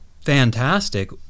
fantastic